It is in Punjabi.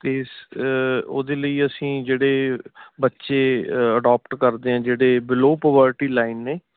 ਅਤੇ ਸ ਉਹਦੇ ਲਈ ਅਸੀਂ ਜਿਹੜੇ ਬੱਚੇ ਅਡੋਪਟ ਕਰਦੇ ਹਾਂ ਜਿਹੜੇ ਬਿਲੋ ਪਵਰਟੀ ਲਾਈਨ ਨੇ